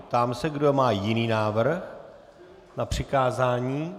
Ptám se, kdo má jiný návrh na přikázání.